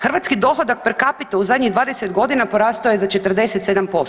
Hrvatski dohodak per capita u zadnjih 20 godina porastao je za 47%